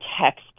text